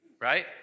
right